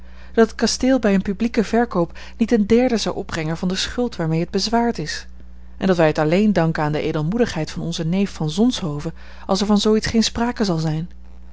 dat het kasteel bij een publieken verkoop niet een derde zou opbrengen van de schuld waarmee het bezwaard is en dat wij het alleen danken aan de edelmoedigheid van onzen neef van zonshoven als er van zoo iets geen sprake zal zijn